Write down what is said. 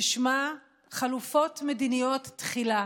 ששמה: חלופות מדיניות תחילה.